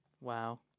Wow